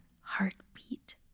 heartbeat